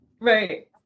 right